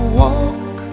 walk